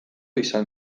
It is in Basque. izan